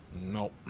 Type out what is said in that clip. Nope